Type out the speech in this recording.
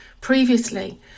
previously